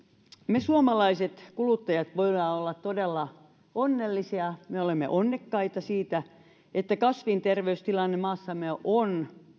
me suomalaiset kuluttajat voimme olla todella onnellisia me olemme onnekkaita siitä että kasvinterveystilanne maassamme on